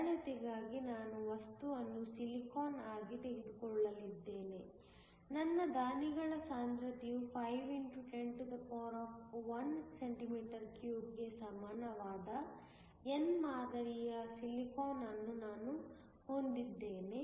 ಸರಳತೆಗಾಗಿ ನಾನು ವಸ್ತುವನ್ನು ಸಿಲಿಕಾನ್ ಆಗಿ ತೆಗೆದುಕೊಳ್ಳಲಿದ್ದೇನೆ ನನ್ನ ದಾನಿಗಳ ಸಾಂದ್ರತೆಯು 5 x 101cm3 ಗೆ ಸಮಾನವಾದ n ಮಾದರಿಯ ಸಿಲಿಕಾನ್ ಅನ್ನು ನಾನು ಹೊಂದಿದ್ದೇನೆ